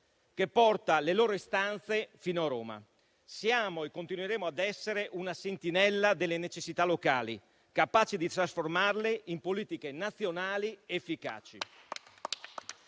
e porta le loro istanze fino a Roma. Siamo e continueremo ad essere una sentinella delle necessità locali, capace di trasformarle in politiche nazionali efficaci.